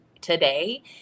today